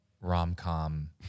rom-com